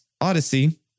Odyssey